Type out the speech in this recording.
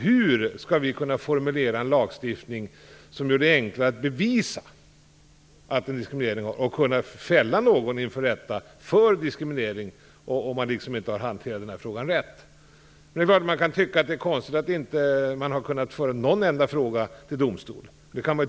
Hur skall vi kunna formulera en lagstiftning som gör det enklare att bevisa diskriminering och fälla någon inför rätta för diskriminering om frågan inte har hanterats rätt? Det är klart att man kan tycka att det är konstigt att Diskrimineringsombudsmannen inte har kunnat föra någon enda fråga till domstol.